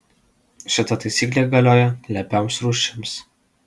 šita taisyklė galioja lepioms rūšims